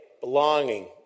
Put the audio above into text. belonging